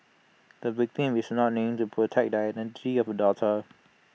the victim is not named to protect the identity of her daughter